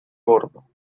bordo